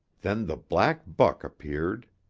then the black buck appeared.